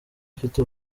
afite